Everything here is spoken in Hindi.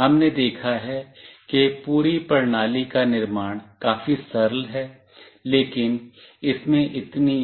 हमने देखा है कि पूरी प्रणाली का निर्माण काफी सरल है लेकिन इसमें इतनी